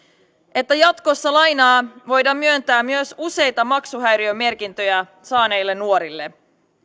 että jatkossa lainaa voidaan myöntää myös useita maksuhäiriömerkintöjä saaneille nuorille